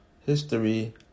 history